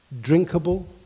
Drinkable